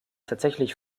tatsächlich